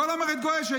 כל המערכת גועשת.